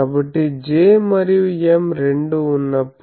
కాబట్టి J మరియు M రెండూ ఉన్నప్పుడు